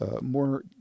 More